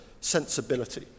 sensibility